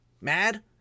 mad